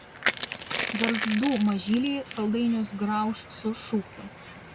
gargždų mažyliai saldainius grauš su šūkiu